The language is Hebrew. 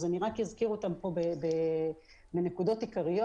ואני אזכיר אותם כאן בנקודות עיקריות.